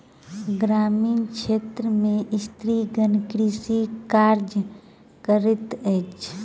ग्रामीण क्षेत्र में स्त्रीगण कृषि कार्य करैत अछि